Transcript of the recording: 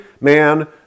man